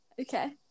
Okay